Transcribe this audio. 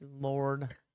Lord